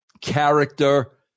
character